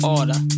Order